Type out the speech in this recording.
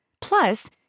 Plus